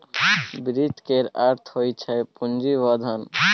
वित्त केर अर्थ होइ छै पुंजी वा धन